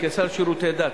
כשר לשירותי דת,